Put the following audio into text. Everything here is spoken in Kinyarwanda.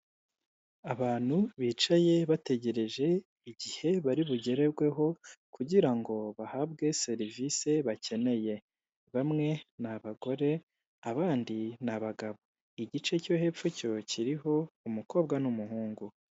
Abantu bicaye bategereje igihe bari bugererweho kugira ngo bahabwe serivisi bakeneye bamwe ni abagore abandi ni abagabo, igice kimwe cyo hepfo cyo kiriho umukobwa n' umuhungu.